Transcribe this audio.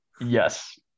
yes